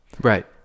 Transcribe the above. Right